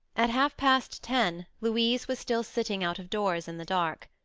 at half-past ten, louise was still sitting out of doors in the dark.